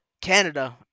Canada